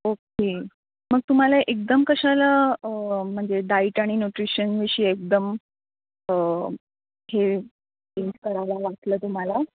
okay मग तुम्हाला एकदम कशाला म्हणजे डाईट आणि न्यूट्रिशनविषयी एकदम हे चेंज करावं वाटलं तुम्हाला